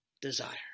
desire